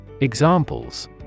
Examples